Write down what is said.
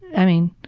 i mean,